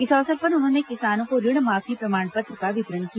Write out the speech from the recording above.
इस अवसर पर उन्होंने किसानों को ऋण माफी प्रमाण पत्र का वितरण किया